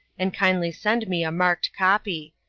and kindly send me a marked copy.